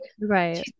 Right